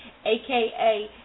aka